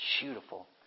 beautiful